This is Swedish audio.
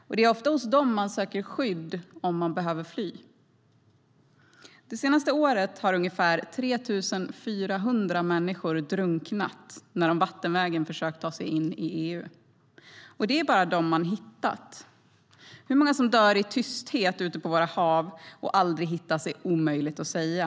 Och det är ofta hos dem man söker skydd om man behöver fly. Det senaste året har ungefär 3 400 människor drunknat när de vattenvägen försökt ta sig in i EU - och det är bara dem man hittat. Hur många som dör i tysthet ute på våra hav och aldrig hittas är omöjligt att säga.